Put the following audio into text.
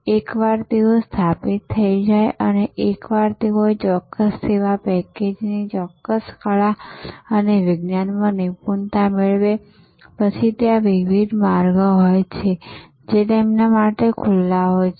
એકવાર તેઓ સ્થાપિત થઈ જાય અને એકવાર તેઓ તે ચોક્કસ સેવા પેકેજની ચોક્કસ કળા અને વિજ્ઞાનમાં નિપુણતા મેળવે પછી ત્યાં વિવિધ માર્ગો હોય છે જે તેમના માટે ખુલ્લા હોય છે